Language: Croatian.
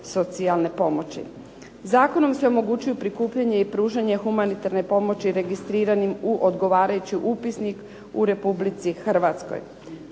socijalne pomoći. Zakonom se omogućuje prikupljanje i pružanje humanitarne pomoći registriranim u odgovarajući upisnik u Republici Hrvatskoj.